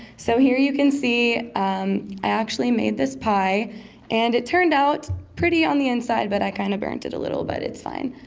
so here you can see i actually made this pie and it turned out pretty on the inside but i kind of burned it a little but it's fine.